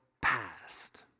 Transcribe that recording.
past